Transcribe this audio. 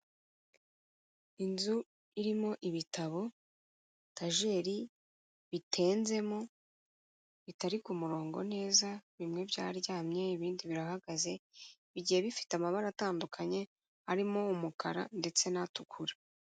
Inzu irimo ibitabo, etajeri bitenzemo bitari ku murongo neza, bimwe byaryamye ibindi birahagaze, bigiye bifite amabara atandukanye arimo umukara ndetse n'atukura.